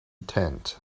tent